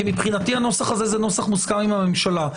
כי מבחינתי הנוסח הזה הוא נוסח מוסכם עם הממשלה.